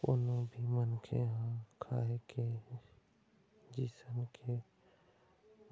कोनो भी मनखे ह खाए के जिनिस के